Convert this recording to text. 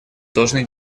должны